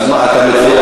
מה, כל היום ידונו?